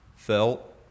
Felt